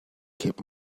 keep